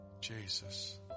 Jesus